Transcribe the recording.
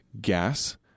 Gas